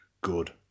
good